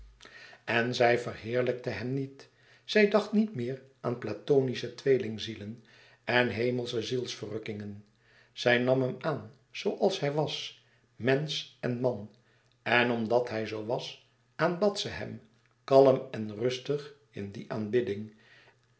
en zij verheerlijkte hem niet zij dacht niet meer aan platonische tweelingzielen en hemelsche zielsverrukkingen zij nam hem aan zooals hij was mensch en man en omdat hij zoo was aanbad ze hem kalm en rustig in die aanbidding